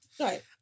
Right